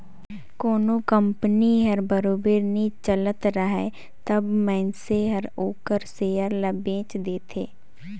कोनो कंपनी हर बरोबर नी चलत राहय तब मइनसे हर ओखर सेयर ल बेंच देथे